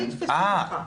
לא יתפסו אותך.